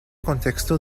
contexto